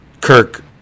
Kirk